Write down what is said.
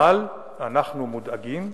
אבל אנחנו מודאגים,